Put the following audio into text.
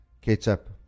ketchup